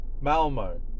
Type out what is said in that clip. Malmo